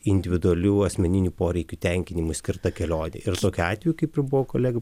individualių asmeninių poreikių tenkinimui skirta kelionė ir tokiu atveju kaip ir buvo kolegų